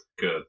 good